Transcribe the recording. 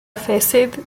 facade